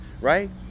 right